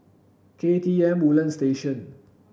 K T M Woodlands Station